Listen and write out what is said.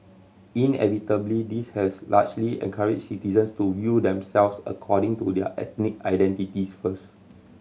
inevitably this has largely encouraged citizens to view themselves according to their ethnic identities first